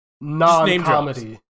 non-comedy